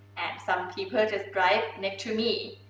and some people just drive next to me.